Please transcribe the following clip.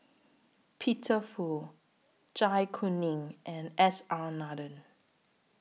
Peter Fu Zai Kuning and S R Nathan